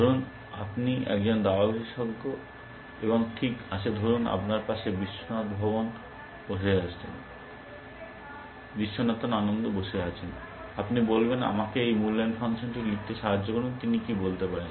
ধরুন আপনি একজন দাবা বিশেষজ্ঞ এবং ঠিক আছে ধরুন আপনার পাশে বিশ্বনাথন আনন্দ বসে আছেন এবং আপনি বলবেন আমাকে এই মূল্যায়ন ফাংশনটি লিখতে সাহায্য করুন তিনি কী বলতে পারেন